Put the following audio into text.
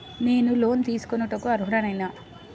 నేను లోన్ తీసుకొనుటకు అర్హుడనేన?